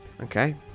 okay